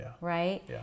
right